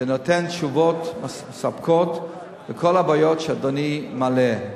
זה נותן תשובות מספקות לכל הבעיות שאדוני מעלה.